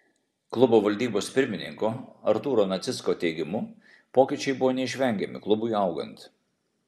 klubo valdybos pirmininko artūro nacicko teigimu pokyčiai buvo neišvengiami klubui augant